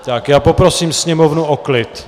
Tak, já poprosím Sněmovnu o klid!